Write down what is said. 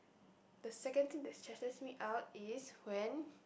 the second thing that stresses me out is when